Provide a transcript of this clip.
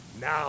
now